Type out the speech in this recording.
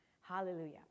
Hallelujah